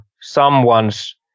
someone's